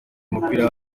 umupira